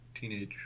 Teenage